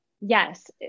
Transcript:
Yes